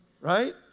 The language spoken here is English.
Right